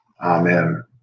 Amen